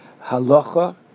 halacha